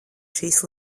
šīs